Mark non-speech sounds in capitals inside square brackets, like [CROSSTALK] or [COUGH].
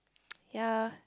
[NOISE] ya